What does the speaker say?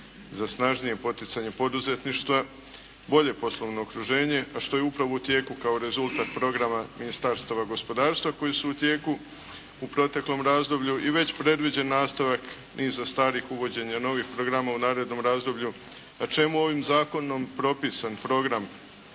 za snažnije podizanje poduzetništva, bolje poslovno okruženje. A što je upravo u tijeku kao rezultat programa ministarstava gospodarstva koje su u tijeku u proteklom razdoblju. I već predviđen nastavak niza starih, uvođenja novih programa u narednom razdoblju na čemu ovim zakonom propisan program